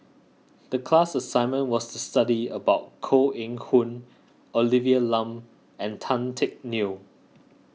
the class assignment was to study about Koh Eng Hoon Olivia Lum and Tan Teck Neo